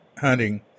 hunting